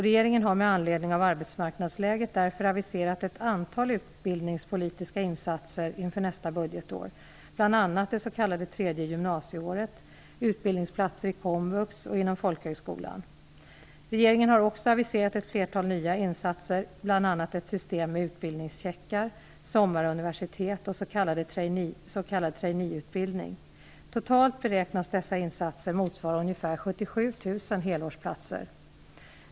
Regeringen har med anledning av arbetsmarknadsläget därför aviserat ett antal utbildningspolitiska insatser inför nästa budgetår, bl.a. det s.k. tredje gymnasieåret, utbildningsplatser i komvux och inom folkhögskolan. Regeringen har också aviserat ett flertal nya insatser, bl.a. ett system med trainee-utbildning. Totalt beräknas dessa insatser motsvara ungefär 77 000 helårsplatser.